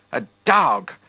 a dog.